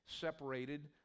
separated